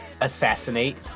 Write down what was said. assassinate